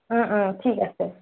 ঠিক আছে